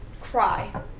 cry